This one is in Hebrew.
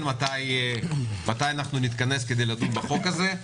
מתי אנחנו נתכנס כדי לדון בהצעת החוק הזאת.